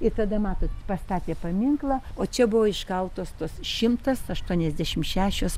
ir tada matot pastatė paminklą o čia buvo iškaltos tos šimtas aštuoniasdešim šešios